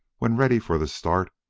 when ready for the start,